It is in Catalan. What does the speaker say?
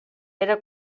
era